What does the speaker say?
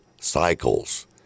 cycles